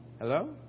Hello